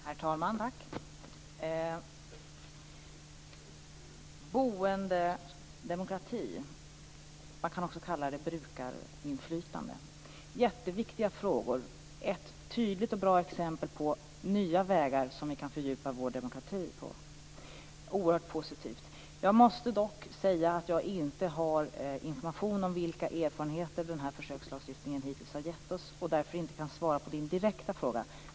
Herr talman! Det här med boendedemokrati, man kan också kalla det brukarinflytande, är jätteviktiga frågor. Det är ett tydligt och bra exempel på nya vägar som vi kan fördjupa vår demokrati på. Det är oerhört positivt. Jag måste dock säga att jag inte har information om vilka erfarenheter den här försökslagstiftningen hittills har givit oss och att jag därför inte kan svara på Helena Hillar Rosenqvists direkta fråga.